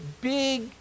big